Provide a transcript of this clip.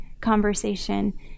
conversation